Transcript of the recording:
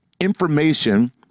information